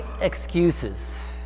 excuses